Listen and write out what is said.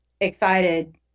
excited